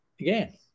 Again